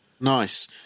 Nice